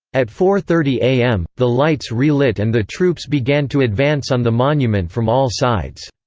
at four thirty am, the lights relit and the troops began to advance on the monument from all sides.